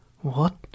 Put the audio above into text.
What